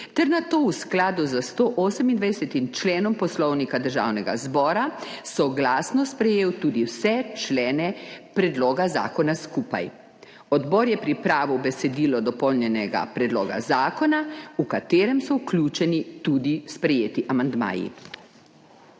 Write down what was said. ter nato v skladu s 128. členom Poslovnika Državnega zbora soglasno sprejel tudi vse člene predloga zakona skupaj. Odbor je pripravil besedilo dopolnjenega predloga zakona, v katerem so vključeni tudi sprejeti amandmaji.